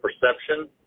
perception